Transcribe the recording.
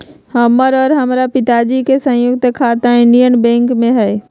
हमर और हमरा पिताजी के संयुक्त खाता इंडियन बैंक में हई